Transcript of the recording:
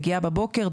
מגיעה בבוקר,